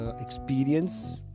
experience